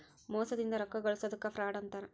ಮೋಸದಿಂದ ರೊಕ್ಕಾ ಗಳ್ಸೊದಕ್ಕ ಫ್ರಾಡ್ ಅಂತಾರ